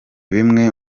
bimwe